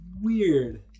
weird